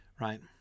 right